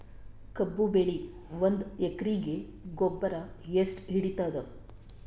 ಕಬ್ಬು ಬೆಳಿ ಒಂದ್ ಎಕರಿಗಿ ಗೊಬ್ಬರ ಎಷ್ಟು ಹಿಡೀತದ?